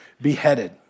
beheaded